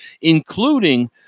including